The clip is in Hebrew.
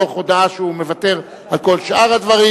מתוך הודעה שהוא מוותר על כל שאר הדברים.